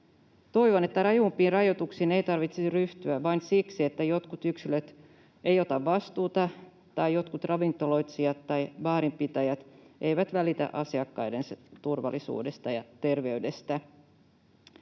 Toivon, että rajumpiin rajoituksiin ei tarvitsisi ryhtyä vain siksi, että jotkut yksilöt eivät ota vastuuta tai jotkut ravintoloitsijat tai baarinpitäjät eivät välitä asiakkaidensa turvallisuudesta ja terveydestä.